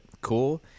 cool